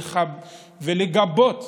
ולגבות,